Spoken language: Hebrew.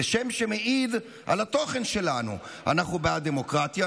זה שם שמעיד על התוכן שלנו: אנחנו בעד דמוקרטיה,